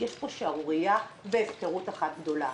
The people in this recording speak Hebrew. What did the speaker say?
יש פה שערורייה והפקרות אחת גדולה,